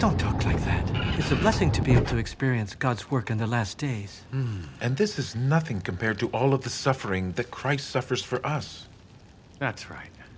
don't talk like that it's a blessing to be able to experience god's work in the last days and this is nothing compared to all of the suffering that christ suffers for us that's right